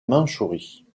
mandchourie